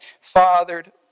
fathered